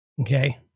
Okay